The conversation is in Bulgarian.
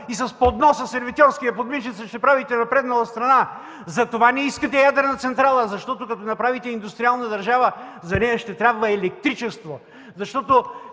и със сервитьорския поднос под мишница ще правите напреднала страна! Затова не искате ядрена централа – защото като направите индустриална държава, за нея ще трябва електричество! Четете